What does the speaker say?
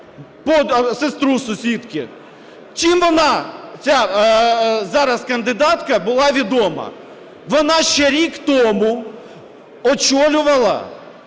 або сестру сусідки. Чим вона, ця зараз кандидатка, була відома? Вона ще рік тому очолювала